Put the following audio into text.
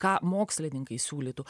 ką mokslininkai siūlytų